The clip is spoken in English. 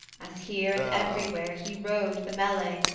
as here and everywhere he rode the mellay,